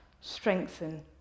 strengthen